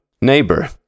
Neighbor